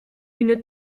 une